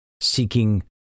seeking